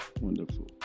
wonderful